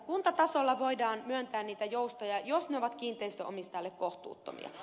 kuntatasolla voidaan myöntää niitä joustoja jos ne ovat kiinteistön omistajalle kohtuuttomia